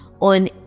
on